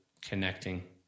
connecting